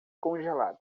congelado